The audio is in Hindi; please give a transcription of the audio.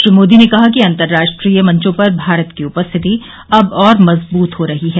श्री मोदी ने कहा कि अंतर्राष्ट्रीय मंचों पर भारत की उपस्थिति अब और मजबूत हो रही है